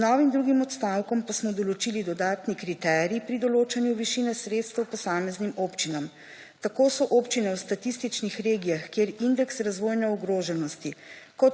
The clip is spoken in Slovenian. Z novelo se določajo tudi dodatni kriteriji pri določanju višine sredstev posameznim občinam. Tako so občine v statistični regiji, kjer indeks razvojne ogroženosti